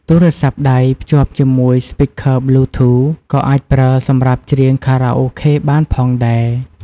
ទូរស័ព្ទដៃ ភ្ជាប់ជាមួយ Speaker Bluetooth ក៏អាចប្រើសម្រាប់ច្រៀងខារ៉ាអូខេបានផងដែរ។